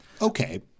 Okay